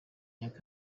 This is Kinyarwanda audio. myaka